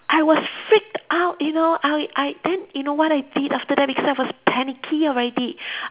I was freaked out you know I I then you know what I did after that because I was panicky already